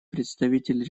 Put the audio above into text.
представитель